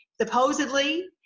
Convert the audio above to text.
supposedly